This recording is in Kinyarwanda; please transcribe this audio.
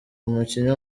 umukinnyi